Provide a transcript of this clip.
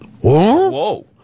Whoa